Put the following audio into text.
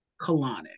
colonic